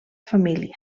família